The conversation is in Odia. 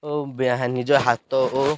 ଓ ନିଜ ହାତ ଓ